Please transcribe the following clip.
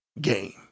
game